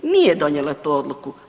Nije donijela tu odluku.